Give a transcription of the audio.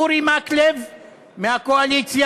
אורי מקלב מהקואליציה,